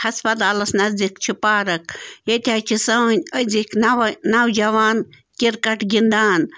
ہسپلاتَس نزدیٖک چھِ پارَک ییٚتہِ حظ چھِ سٲنۍ أزِکۍ نَوٕ نَوجَوان کِرکَٹ گِنٛدان